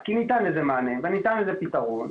כי ניתן לזה מענה וניתן לזה פתרון.